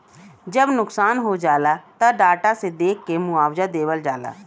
जब नुकसान हो जाला त डाटा से देख के मुआवजा देवल जाला